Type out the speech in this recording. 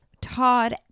Todd